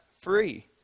free